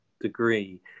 degree